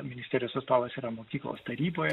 ministerijos atstovas yra mokyklos taryboje